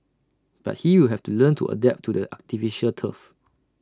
but he will have to learn to adapt to the artificial turf